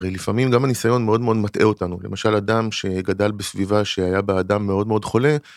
ולפעמים גם הניסיון מאוד מאוד מטעה אותנו. למשל אדם שגדל בסביבה שהיה בה אדם מאוד מאוד חולה...